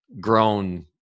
grown